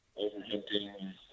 overhunting